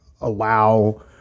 allow